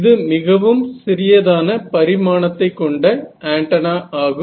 இது மிகவும் சிறியதான பரிமாணத்தை கொண்ட ஆண்டனா ஆகும்